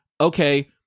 okay